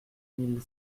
mille